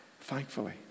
thankfully